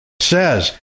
says